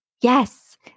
Yes